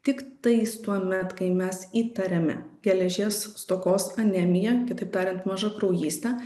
tiktais tuomet kai mes įtariame geležies stokos anemiją kitaip tariant mažakraujystę